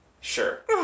sure